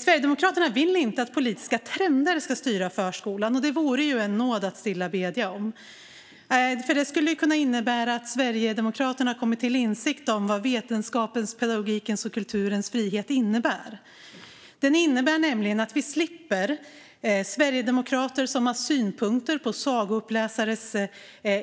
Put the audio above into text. Sverigedemokraterna vill inte att politiska trender ska styra förskolan, och det vore ju en nåd att stilla bedja om. Det skulle ju kunna innebära att Sverigedemokraterna kom till insikt om vad vetenskapens, pedagogikens och kulturens frihet innebär. Den innebär nämligen att vi slipper sverigedemokrater som har synpunkter på sagouppläsares